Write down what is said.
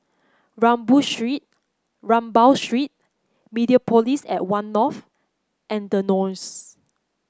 Street Rambao Street Mediapolis at One North and The Knolls